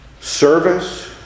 service